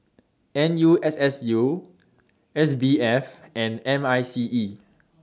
N U S S U S B F and M I C E